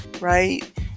right